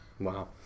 Wow